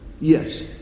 Yes